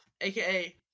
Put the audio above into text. aka